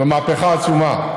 זו מהפכה עצומה.